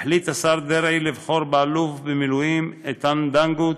החליט השר דרעי לבחור באלוף במילואים איתן דנגוט